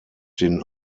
den